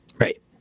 Right